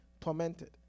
tormented